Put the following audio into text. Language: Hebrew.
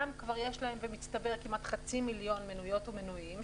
גם כבר יש להם במצטבר כמעט חצי מיליון מנויות ומנויים,